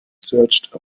searched